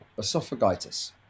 Esophagitis